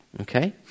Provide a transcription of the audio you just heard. Okay